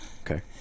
Okay